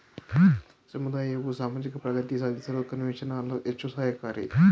ಸಮುದಾಯವು ಸಾಮಾಜಿಕ ಪ್ರಗತಿ ಸಾಧಿಸಲು ಕನ್ಸೆಷನಲ್ ಸಾಲ ಹೆಚ್ಚು ಸಹಾಯಕಾರಿ